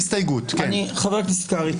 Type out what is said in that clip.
10:22.). חבר הכנסת קרעי,